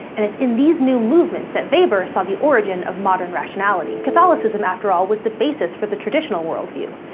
and it's in these new movements that weber saw the origin of modern rationality. catholicism, after all, was the basis for the traditional worldview.